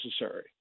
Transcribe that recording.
necessary